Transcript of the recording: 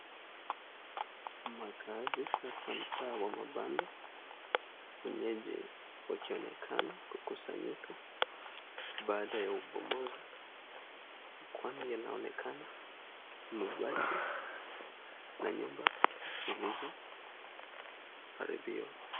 Makaazi hasa mtaa wa mabanda wenyeji wakionekana kukusanyika baada ya ukombozi kwani yanaonekana mabati na nyumba zilizoharibiwa.